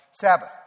Sabbath